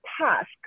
task